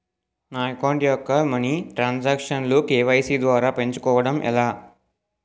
నా అకౌంట్ యెక్క money transaction లు కే.వై.సీ ద్వారా పెంచుకోవడం ఎలా?